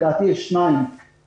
יש איש סגל אחד,